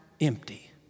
empty